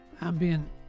ambient